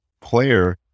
player